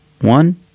one